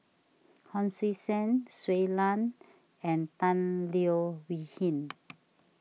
Hon Sui Sen Shui Lan and Tan Leo Wee Hin